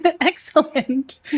Excellent